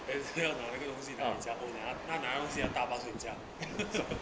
eh 还要拿那个东西带回家后 then 她拿东西大大睡觉